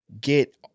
get